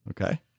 Okay